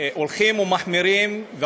הולכות ומחמירות לאחרונה,